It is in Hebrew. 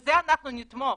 בזה אנחנו נתמוך.